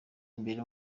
imbere